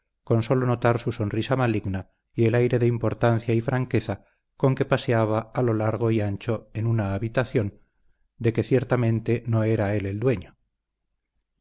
con sólo notar su sonrisa maligna y el aire de importancia y franqueza con que paseaba a lo largo y a lo ancho en una habitación de que ciertamente no era él el dueño